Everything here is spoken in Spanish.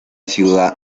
ciudad